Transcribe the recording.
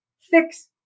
fix